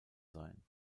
sein